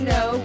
no